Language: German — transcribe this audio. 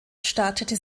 startete